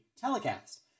telecast